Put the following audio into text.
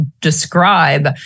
describe